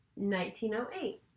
1908